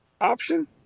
option